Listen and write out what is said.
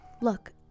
Look